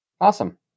Awesome